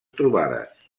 trobades